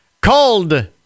called